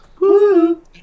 Woo